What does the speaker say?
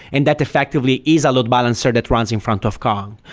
and that effectively is a load balancer that runs in front of kong.